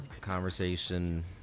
Conversation